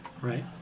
Right